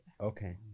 Okay